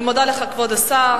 אני מודה לך, כבוד השר.